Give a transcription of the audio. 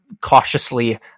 cautiously